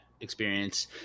experience